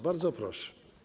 Bardzo proszę.